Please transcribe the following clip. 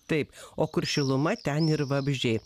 taip o kur šiluma ten ir vabzdžiai